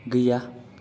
गैया